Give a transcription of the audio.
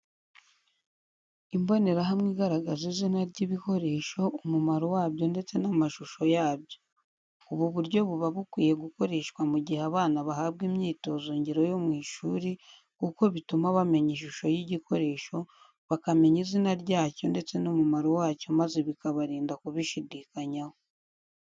Imbonerehamwe igaragaza izina ry'ibikoresho, umumaro wabyo ndetse n'amashusho yabyo. Ubu buryo buba bukwiye gukoreshwa mu gihe abana bahabwa imyitozo ngiro yo mu ishuri kuko bituma bamenya ishusho y'igikoresho, bakamenya izina ryacyo ndetse n'umumaro wacyo maze bikabarinda kubishidikanyaho.